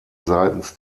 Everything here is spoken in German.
seitens